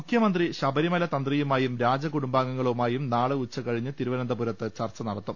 മുഖ്യമന്ത്രി ശബരിമല തന്ത്രിയുമായും രാജകുടുംബാംഗങ്ങ ളുമായും നാളെ ഉച്ചകഴിഞ്ഞ് തിരുവനന്തപുരത്ത് ചർച്ച നടത്തും